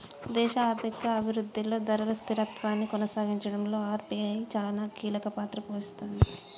దేశ ఆర్థిక అభిరుద్ధిలో ధరల స్థిరత్వాన్ని కొనసాగించడంలో ఆర్.బి.ఐ చానా కీలకపాత్ర పోషిస్తది